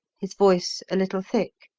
his voice a little thick,